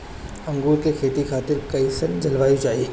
अंगूर के खेती खातिर कइसन जलवायु चाही?